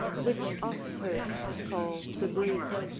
which oxherds call the breese.